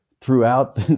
throughout